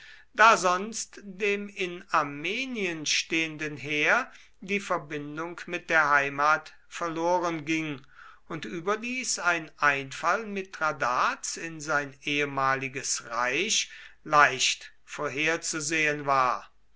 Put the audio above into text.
da sonst dem in armenien stehenden heer die verbindung mit der heimat verloren ging und überdies ein einfall mithradats in sein ehemaliges reich leicht vorherzusehen war